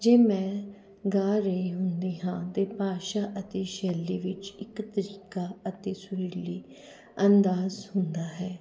ਜੇ ਮੈਂ ਗਾ ਰਹੀ ਹੁੰਦੀ ਹਾਂ ਅਤੇ ਭਾਸ਼ਾ ਅਤੇ ਸ਼ੈਲੀ ਵਿੱਚ ਇੱਕ ਤਰੀਕਾ ਅਤੇ ਸੁਰੀਲੀ ਅੰਦਾਜ਼ ਹੁੰਦਾ ਹੈ